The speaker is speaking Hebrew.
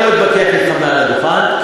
אני לא אתווכח אתך מעל הדוכן,